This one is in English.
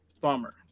Bummer